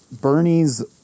Bernie's